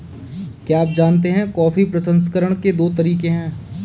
क्या आप जानते है कॉफी प्रसंस्करण के दो तरीके है?